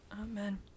Amen